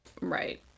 Right